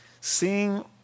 Seeing